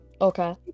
Okay